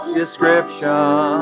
description